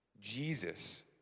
Jesus